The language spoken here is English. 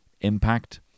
impact